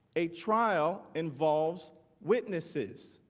a trial involves witnesses